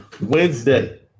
Wednesday